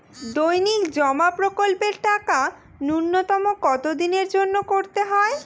দৈনিক জমা প্রকল্পের টাকা নূন্যতম কত দিনের জন্য করতে হয়?